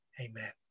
Amen